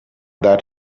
that